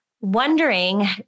wondering